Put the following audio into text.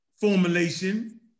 formulation